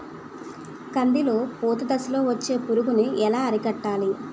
కందిలో పూత దశలో వచ్చే పురుగును ఎలా అరికట్టాలి?